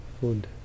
food